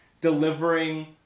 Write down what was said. delivering